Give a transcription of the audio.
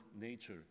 nature